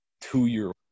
two-year-old